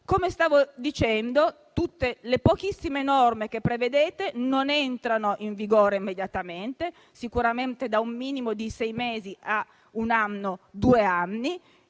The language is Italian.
Come stavo dicendo, le pochissime norme che prevedete non entrano in vigore immediatamente: sicuramente da un minimo di sei mesi a un anno o due anni.